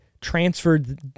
transferred